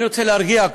אני רוצה להרגיע,